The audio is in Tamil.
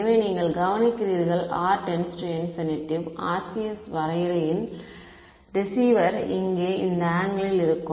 எனவே நீங்கள் கவனிக்கிறீர்கள் r →∞ RCS இன் வரையறையில் ரிசீவர் இங்கே இந்த ஆங்கிளில் இருக்கும்